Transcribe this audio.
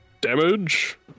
Damage